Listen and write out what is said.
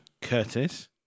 Curtis